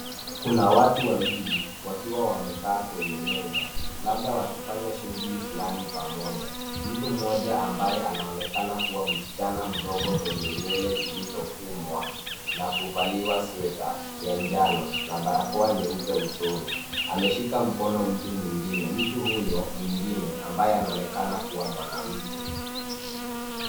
Kuna watu wawili wakiwa wamekaa kwenye meza, labda wakifanya shughuli fulani pamoja. Mtu mmoja ambaye anaonekana kuwa msichana mdogo, mwenye nywele zilizofumwa na kuvaliwa sweta ya njano na barakoa nyeupe usoni, ameshika mkono mtu mwingine. Mtu huyo mwingine anaonekana kuwa mwanamke.